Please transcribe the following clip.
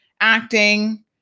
acting